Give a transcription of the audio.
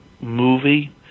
movie